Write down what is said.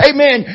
Amen